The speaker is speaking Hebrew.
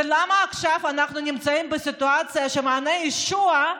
ולמה עכשיו אנחנו נמצאים בסיטואציה שמעייני הישועה,